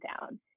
down